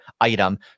item